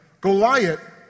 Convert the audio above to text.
Goliath